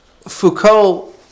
Foucault